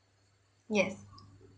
yes